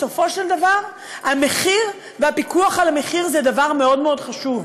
בסופו של דבר המחיר והפיקוח על המחיר זה דבר מאוד מאוד חשוב,